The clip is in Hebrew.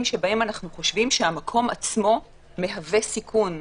שבהם אנחנו חושבים שהמקום עצמו מהווה סיכון.